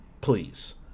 please